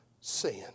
sin